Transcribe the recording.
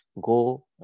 go